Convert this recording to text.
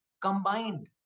combined